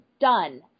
done